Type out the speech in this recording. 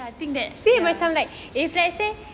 ya I think that ya